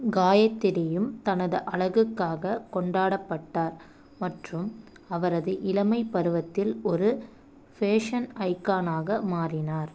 காயத்ரியும் தனது அழகுக்காக கொண்டாடப்பட்டார் மற்றும் அவரது இளமைப் பருவத்தில் ஒரு ஃபேஷன் ஐகானாக மாறினார்